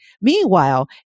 Meanwhile